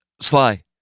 Sly